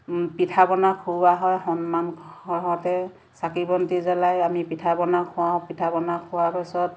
পিঠা পনা খোওৱা হয় সন্মান সহতে চাকি বন্তি জ্বলাই আমি পিঠা পনা খোৱাওঁ পিঠা পনা খোৱাৰ পিছত